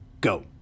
go